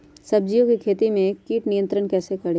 सब्जियों की खेती में कीट नियंत्रण कैसे करें?